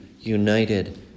united